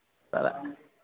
sir